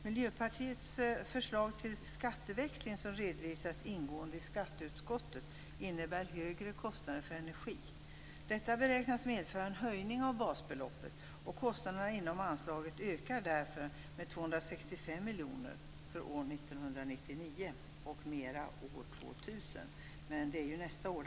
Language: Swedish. Miljöpartiets förslag till skatteväxling, som har redovisats ingående i skatteutskottet, innebär högre kostnader för energi. Detta beräknas medföra en höjning av basbeloppet, och kostnaderna inom anslaget ökar därför med 265 miljoner för år 1999 och mer år 2000. Men det gäller nästa år.